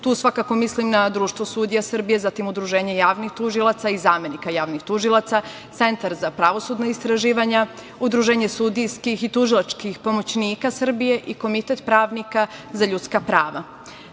Tu svakako mislim na Društvo sudija Srbije, zatim, Udruženje javnih tužilaca i zamenika javnih tužilaca, Centar za pravosudna istraživanja, Udruženje sudijskih i tužilačkih pomoćnika Srbije i Komitet pravnika za ljudska